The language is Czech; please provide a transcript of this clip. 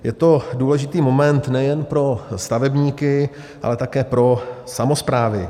Je to důležitý moment nejen pro stavebníky, ale také pro samosprávy.